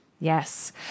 Yes